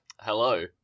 Hello